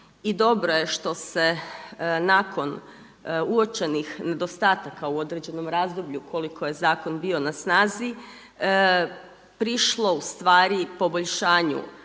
i dobro je što se nakon uočenih nedostataka u određenom razdoblju koliko je zakon bio na snazi, prišlo poboljšanju